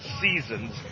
seasons